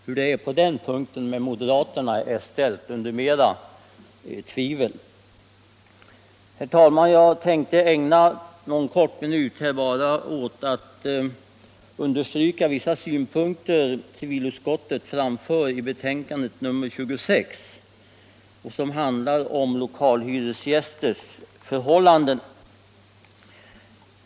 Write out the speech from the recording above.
Hur det är på den punkten med moderaterna är mera ställt under tvivel. Herr talman! Jag tänkte helt kort erinra om vissa synpunkter som framförs av civilutskottet i betänkandet nr 26, nämligen vad avser lokalhyresgästernas förhållanden.